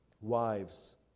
Wives